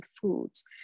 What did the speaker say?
foods